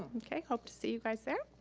okay, hope to see you guys there.